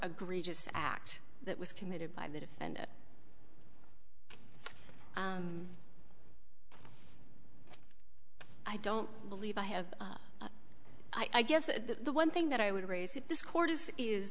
agreed his act that was committed by the defendant i don't believe i have i guess the one thing that i would raise at this court is is